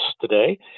today